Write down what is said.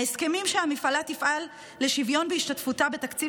ההסכמים שלפיהם הממשלה תפעל לשוויון בהשתתפותה בתקציב